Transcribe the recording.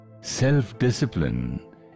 Self-discipline